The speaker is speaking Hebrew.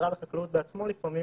שמשרד החקלאות בעצמו לפעמים